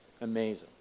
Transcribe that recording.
Amazing